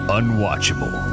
unwatchable